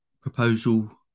proposal